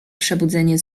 przebudzenie